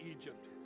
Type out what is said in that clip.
Egypt